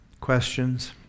questions